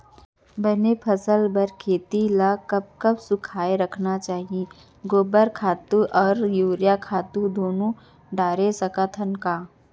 बने फसल बर खेती ल कब कब सूखा रखना चाही, गोबर खत्ता और यूरिया खातू दूनो डारे सकथन का?